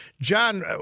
John